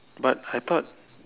but I thought